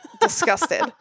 disgusted